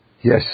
yes